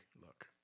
look